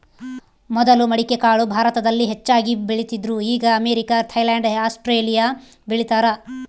ಮೊದಲು ಮಡಿಕೆಕಾಳು ಭಾರತದಲ್ಲಿ ಹೆಚ್ಚಾಗಿ ಬೆಳೀತಿದ್ರು ಈಗ ಅಮೇರಿಕ, ಥೈಲ್ಯಾಂಡ್ ಆಸ್ಟ್ರೇಲಿಯಾ ಬೆಳೀತಾರ